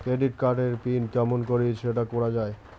Credit card এর pin কেমন করি সেট করা য়ায়?